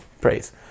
Praise